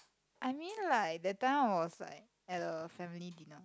I mean like that time it was like at a family dinner